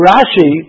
Rashi